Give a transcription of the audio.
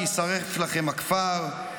שיישרף לכם הכפר,